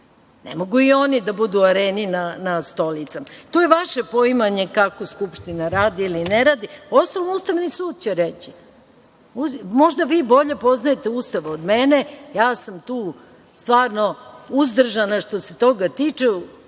Ne mogu i oni da budu u Areni na stolicama. To je vaše poimanje kako Skupština radi ili ne radi. Uostalom, Ustavni sud će reći. Možda vi bolje poznajete Ustav od mene. Ja sam tu stvarno uzdržana što se toga tiče.